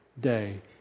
day